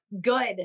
good